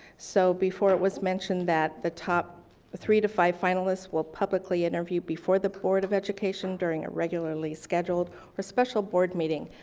so before it was mentioned that the top three to five finalists we'll publicly interview before the board of education during a regularly scheduled or special board meeting.